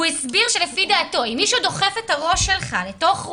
הוא הסביר שלפי דעתו אם מישהו דוחף את הראש שלך לתוך בור,